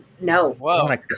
No